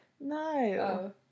No